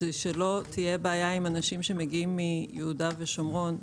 כדי שלא תהיה בעיה עם אנשים שמגיעים ליהודה ושומרון,